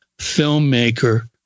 filmmaker